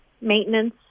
maintenance